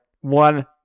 One